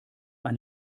ein